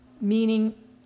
meaning